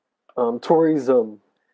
um tourism